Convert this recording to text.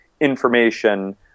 information